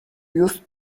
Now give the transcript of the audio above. used